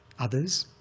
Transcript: others,